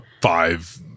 five